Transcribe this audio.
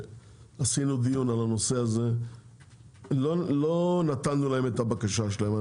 כשעשינו דיון על הנושא הזה לא נתנו להם את הבקשה שלהם,